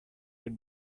red